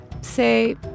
say